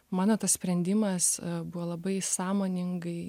mano tas sprendimas buvo labai sąmoningai